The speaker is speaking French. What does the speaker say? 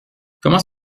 comment